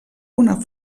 una